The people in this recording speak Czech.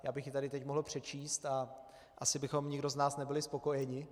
Já bych ji tady teď mohl přečíst a asi bychom nikdo z nás nebyli spokojeni.